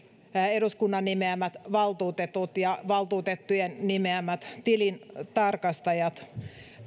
eduskunnan nimeämät valtuutetut ja valtuutettujen nimeämät tilintarkastajat